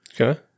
Okay